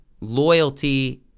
loyalty